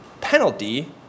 penalty